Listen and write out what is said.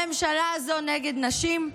הממשלה הזו היא נגד נשים.